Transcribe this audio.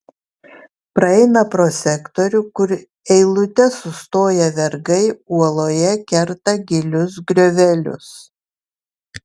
praeina pro sektorių kur eilute sustoję vergai uoloje kerta gilius griovelius